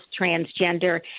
transgender